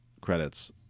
credits